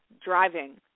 driving